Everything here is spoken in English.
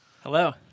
Hello